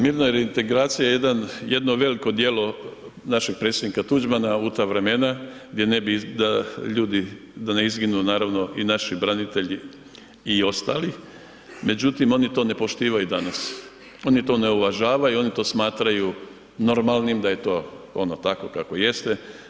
Mirna reintegracija je jedan, jedno veliko djelo našeg predsjednika Tuđmana u ta vremena gdje ne bi da ljudi, da ne izginu naravno i naši branitelji i ostali, međutim oni to ne poštivaju danas, oni to ne uvažavaju, oni to smatraju normalnim da je to ono takvo kakvo jeste.